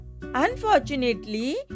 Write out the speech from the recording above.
Unfortunately